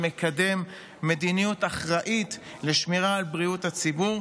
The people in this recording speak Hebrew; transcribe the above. שמקדם מדיניות אחראית לשמירה על בריאות הציבור,